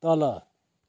तल